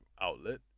outlet